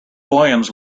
williams